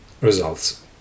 Results